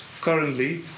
Currently